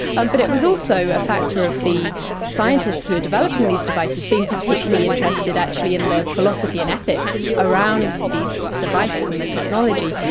um but it was also a factor of the scientists who are developing these devices being particularly interested actually in the philosophy and ethics around these devices and the technology.